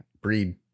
breed